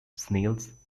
snails